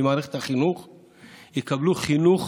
יקבלו חינוך